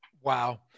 Wow